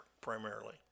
primarily